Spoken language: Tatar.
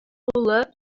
улы